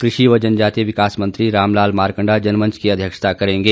कृषि व जनजातीय विकास मंत्री रामलाल मारकंडा जनमंच की अध्यक्षता करेंगे